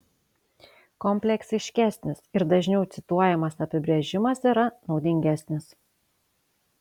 kompleksiškesnis ir dažniau cituojamas apibrėžimas yra naudingesnis